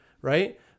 right